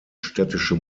städtische